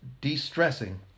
de-stressing